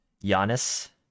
Giannis